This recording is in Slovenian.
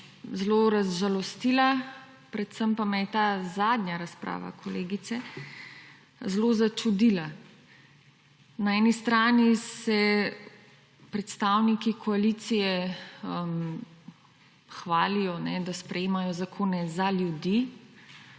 zelo razžalostila, predvsem pa me je ta zadnja razprava kolegice zelo začudila. Na eni strani se predstavniki koalicije hvalijo, da sprejemajo zakone za ljudi,